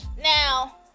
now